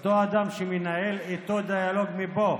אותו אדם שמנהל איתו דיאלוג מפה